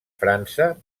frança